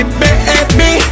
baby